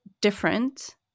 different